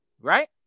right